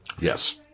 Yes